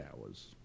hours